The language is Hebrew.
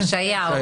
ישעיהו.